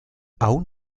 aún